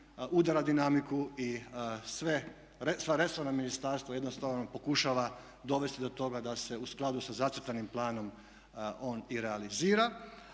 udara dinamiku i sva resorna ministarstva jednostavno pokušava dovesti do toga da se u skladu sa zacrtanim planom on i realizira